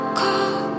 call